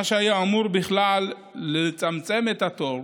מה שהיה אמור בכלל לצמצם את התור,